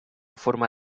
forma